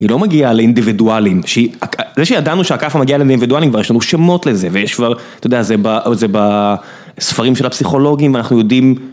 היא לא מגיעה לאינדיבידואלים, זה שידענו שהכאפה מגיעה לאינדיבידואלים ויש לנו שמות לזה ויש כבר, אתה יודע זה בספרים של הפסיכולוגים אנחנו יודעים